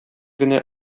генә